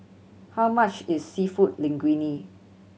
how much is Seafood Linguine